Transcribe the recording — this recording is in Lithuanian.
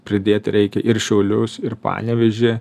pridėti reikia ir šiaulius ir panevėžį